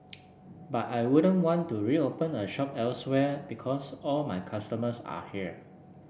but I wouldn't want to reopen a shop elsewhere because all my customers are here